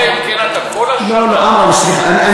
אלא אם כן אתה כל השנה, לא, עמרם, סליחה.